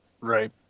Right